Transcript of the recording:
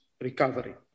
recovery